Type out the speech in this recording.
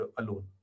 alone